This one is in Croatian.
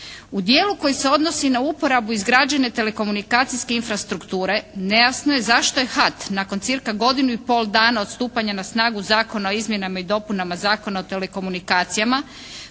U dijelu koji se odnosi na uporabu izgrađene telekomunikacijske infrastrukture nejasno je zašto je HAT nakon cirka godinu i pol dana od stupanja na snagu Zakona o izmjenama i dopunama Zakona o telekomunikacijama